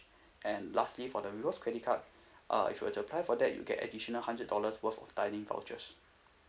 and lastly for the rewards credit card uh if you were to apply for that you will get additional hundred dollars worth of dining vouchers